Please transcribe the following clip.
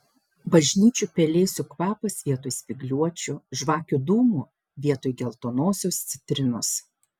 bažnyčių pelėsių kvapas vietoj spygliuočių žvakių dūmų vietoj geltonosios citrinos